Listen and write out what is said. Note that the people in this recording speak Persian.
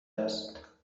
است